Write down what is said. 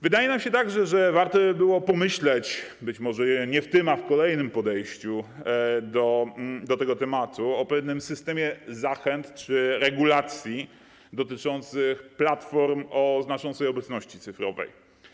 Wydaje nam się także, że warto by było pomyśleć, być może nie w tym, a w kolejnym podejściu do tego tematu, o pewnym systemie zachęt czy regulacji dotyczących platform o znaczącej obecności cyfrowej.